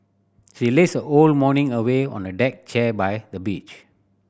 she lazed a own morning away on a deck chair by the beach